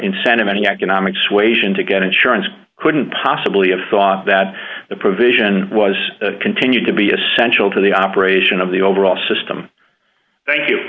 incentive any economic suasion to get insurance couldn't possibly have thought that the provision was continued to be essential to the operation of the overall system thank you